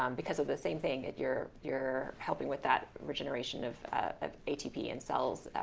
um because of the same thing. you're you're helping with that regeneration of of atp in cells.